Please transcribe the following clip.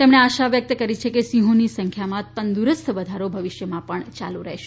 તેમણે આશા વ્યક્ત કરી છે કે સિંહોની સંખ્યામાં તંદુરસ્ત વધારો ભવિષ્યમાં પણ ચાલુ રહેશે